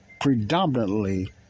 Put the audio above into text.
Predominantly